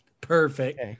Perfect